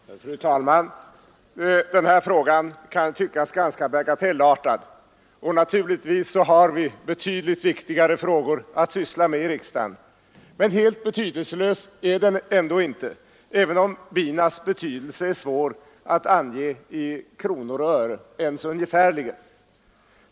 Fru talman! Den här frågan kan tyckas ganska bagatellartad, och naturligtvis har vi betydligt viktigare problem att syssla med i riksdagen. Men helt betydelselös är den ändå inte även om binas betydelse är svår att ange i kronor och öre ens ungefärligen.